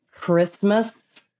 Christmas